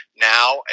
now